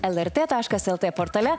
lrt taškas lt portale